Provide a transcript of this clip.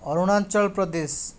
Arunachal Pradesh